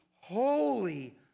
holy